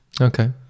okay